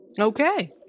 Okay